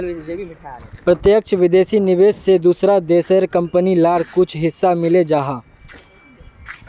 प्रत्यक्ष विदेशी निवेश से दूसरा देशेर कंपनी लार कुछु हिस्सा मिले जाहा